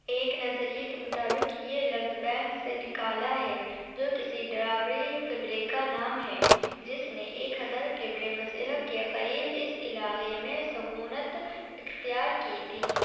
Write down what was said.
ایک نظریے کے مطابق یہ لفظ بینک سے نکالا ہے جو کسی ڈراوڑی قبیلے کا نام ہے جس نے ایک ہزار قبل مسیح کے قریب اس علاقے میں سکونت اختیار کی تھی